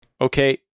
Okay